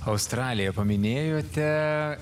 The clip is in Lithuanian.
australiją paminėjote